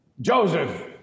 Joseph